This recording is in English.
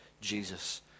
Jesus